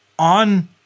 on